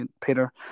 Peter